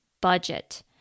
budget